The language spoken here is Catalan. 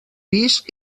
pis